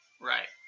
Right